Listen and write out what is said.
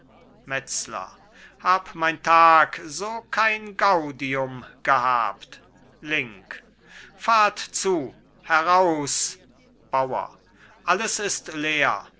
metzler hab mein tag so kein gaudium gehabt link fahrt zu heraus bauer alles ist leer